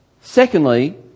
Secondly